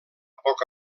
poc